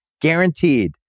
guaranteed